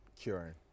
curing